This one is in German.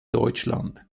deutschland